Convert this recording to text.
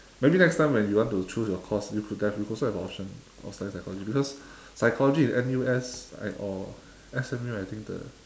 maybe next time when you want to choose your course you could also have an option of studying psychology because psychology in N_U_S or S_M_U I think the